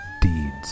deeds